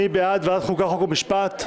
מי בעד ועדת החוקה, חוק ומשפט?